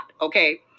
okay